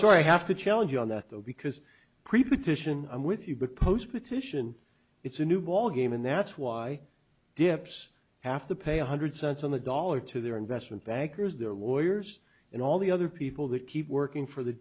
sorry i have to challenge you on that though because preposition i'm with you because petition it's a new ballgame and that's why dips have to pay one hundred cents on the dollar to their investment bankers their lawyers and all the other people that keep working for the